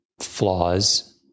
flaws